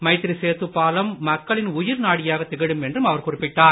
மைத்ரிசேது பாலம் மக்களின் உயிர் நாடியாக திகழும் என்றும் அவர் குறிப்பிட்டார்